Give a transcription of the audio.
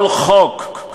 כל חוק,